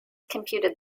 computed